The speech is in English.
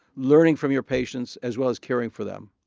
learning from your patients as well as caring for them.